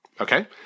Okay